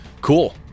Cool